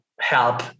help